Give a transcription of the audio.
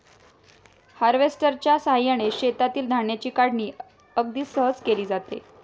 हार्वेस्टरच्या साहाय्याने शेतातील धान्याची काढणी अगदी सहज केली जाते